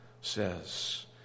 says